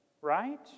Right